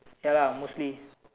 ya lah mostly